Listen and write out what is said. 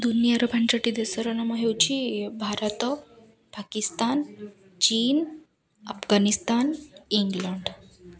ଦୁନିଆର ପାଞ୍ଚଟି ଦେଶର ନାମ ହେଉଛି ଭାରତ ପାକିସ୍ତାନ ଚୀନ୍ ଆଫଗାନିସ୍ତାନ ଇଂଲଣ୍ଡ